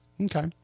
Okay